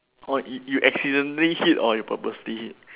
oh you you accidentally hit or you purposely hit